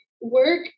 work